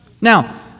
Now